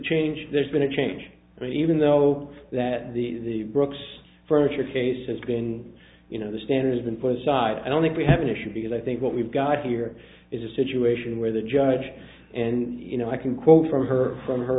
change there's been a change even though that the brooks furniture case has been you know the standard has been put aside i don't think we have an issue because i think what we've got here is a situation where the judge and you know i can quote from her from her